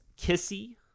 Kissy